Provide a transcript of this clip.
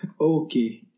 Okay